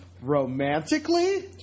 romantically